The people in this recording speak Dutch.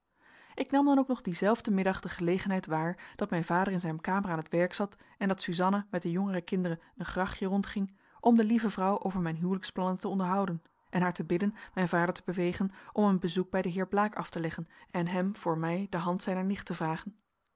ik nam dan ook nog dienzelfden middag de gelegenheid waar dat mijn vader in zijn kamer aan t werk zat en dat suzanna met de jongere kinderen een grachtje rondging om de lieve vrouw over mijn huwelijksplannen te onderhouden en haar te bidden mijn vader te bewegen om een bezoek bij den heer blaek af te leggen en hem voor mij de hand zijner nicht te vragen